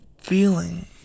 feeling